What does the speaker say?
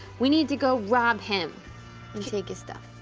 we need to go rob him and take his stuff.